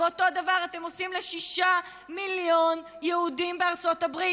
ואותו דבר אתם עושים ל-6 מיליון יהודים בארצות הברית.